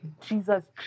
Jesus